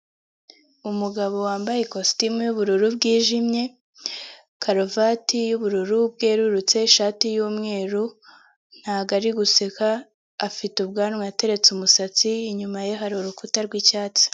Umugabo wambaye ikositimu y'ubururu bwijimye, karuvati y'ubururu bwerurutse, ishati y'umweru ntabwo ari guseka afite ubwanwa ateretse umusatsi inyuma ye hari urukuta rw'icyatsi.